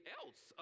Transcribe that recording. else